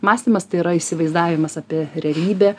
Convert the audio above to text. mąstymas tai yra įsivaizdavimas apie realybę